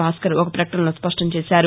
భాస్కర్ ఒక ప్రకటనలో స్పష్ణం చేశారు